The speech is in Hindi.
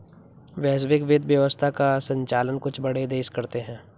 वैश्विक वित्त व्यवस्था का सञ्चालन कुछ बड़े देश करते हैं